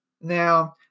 Now